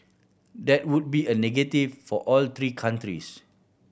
that would be a negative for all three countries